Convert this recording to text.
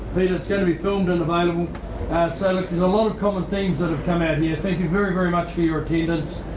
peter. it's going to be filmed and available so look there's a lot of common themes that have come out here. thank you very very much for your attendance.